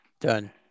done